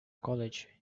college